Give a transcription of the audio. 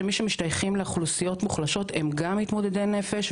שמי שמשתייכים לאוכלוסיות מוחלשות הם גם מתמודדי נפש,